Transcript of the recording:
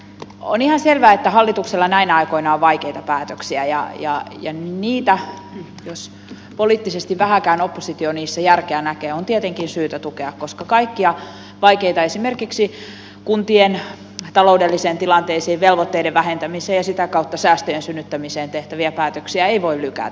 on ihan selvää että hallituksella näinä aikoina on vaikeita päätöksiä ja niitä jos poliittisesti vähääkään oppositio niissä järkeä näkee on tietenkin syytä tukea koska kaikkia vaikeita esimerkiksi kuntien taloudelliseen tilanteeseen velvoitteiden vähentämiseen ja sitä kautta säästöjen synnyttämiseen tehtäviä päätöksiä ei voi lykätä